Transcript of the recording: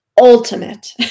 ultimate